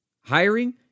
Hiring